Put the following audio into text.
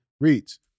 reads